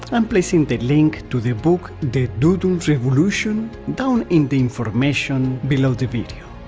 i'm placing the link to the book the doodle revolution down in the information below the video.